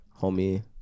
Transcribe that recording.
homie